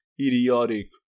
idiotic